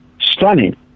stunning